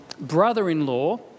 brother-in-law